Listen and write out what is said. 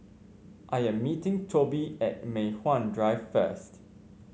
I am meeting Tobi at Mei Hwan Drive first